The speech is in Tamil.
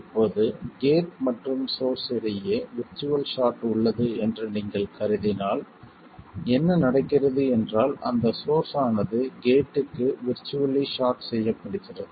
இப்போது கேட் மற்றும் சோர்ஸ் இடையே விர்ச்சுவல் ஷார்ட் உள்ளது என்று நீங்கள் கருதினால் என்ன நடக்கிறது என்றால் அந்த சோர்ஸ் ஆனது கேட்க்கு விர்ச்சுவல்லி ஷார்ட் செய்யப்படுகிறது